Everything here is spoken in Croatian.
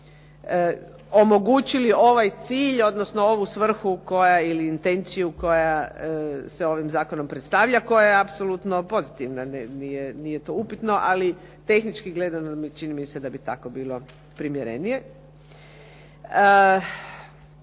omogućili ovaj cilj, odnosno ovu svrhu koja, ili intenciju koja se ovim zakonom predstavlja koja je apsolutno pozitivna, nije to upitno, ali tehnički gledano čini mi se da bi tako bilo primjerenije.